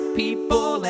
people